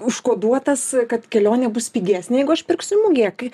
užkoduotas kad kelionė bus pigesnė jeigu aš pirksiu mugėje kai